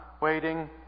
waiting